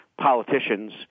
politicians